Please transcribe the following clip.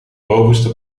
bovenste